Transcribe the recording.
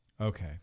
Okay